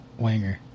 wanger